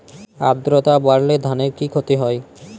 আদ্রর্তা বাড়লে ধানের কি ক্ষতি হয়?